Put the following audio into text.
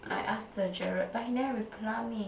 I ask the Jared but he never reply me